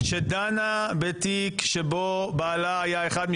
-- העליתם, חברי הוועדה.